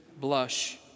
blush